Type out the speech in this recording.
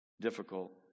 difficult